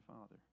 Father